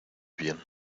bien